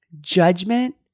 Judgment